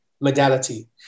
modality